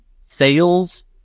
sales